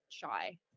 shy